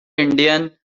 indian